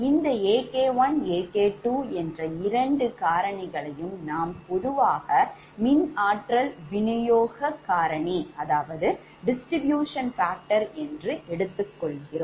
இந்த AK1AK2 என்ற இரண்டு காரணிகளையும் நாம் பொதுவாக மின் ஆற்றல் விநியோக காரணி என்று எடுத்துக் கொள்கிறோம்